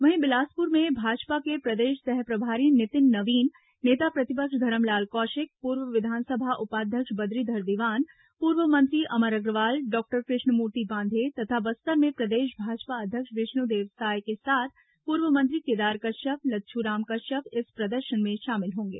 वहीं बिलासपुर में भाजपा के प्रदेश सह प्रभारी नितिन नवीन नेता प्रतिपक्ष धरमलाल कौशिक पूर्व विधानसभा उपाध्यक्ष बद्रीधर दीवान पूर्व मंत्री अमर अग्रवाल डॉक्टर कृष्णमूर्ति बांधे तथा बस्तर में प्रदेश भाजपा अध्यक्ष विष्णुदेव साय के साथ पूर्व मंत्री केदार कश्यप लच्छू राम कश्यप इस प्रदर्शन में शामिल होंगे